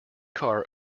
car